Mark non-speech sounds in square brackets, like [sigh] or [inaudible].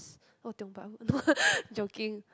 oh Tiong-Bahru no [laughs] joking